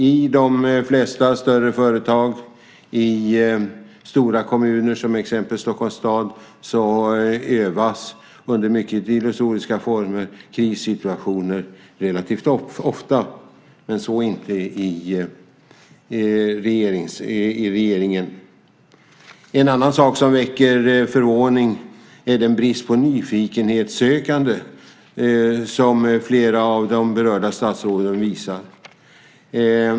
I de flesta större företag och i stora kommuner, till exempel Stockholms stad, övas relativt ofta, under mycket illusoriska former, krissituationer. Men så sker inte i regeringen. En annan sak som väcker förvåning är bristen på nyfikenhetssökande som flera av de berörda statsråden visar.